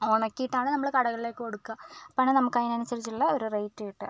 ഉണക്കിയിട്ടാണ് നമ്മള് കടകളിലേക്ക് കൊടുക്കുക അപ്പോൾ ആണ് നമുക്ക് അതിനനുസരിച്ചിട്ടുള്ള ഒരു റേറ്റ് കിട്ടുക